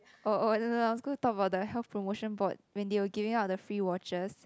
oh oh no no I was going to talk about the Health-Promotion-Board when they were giving out the free watches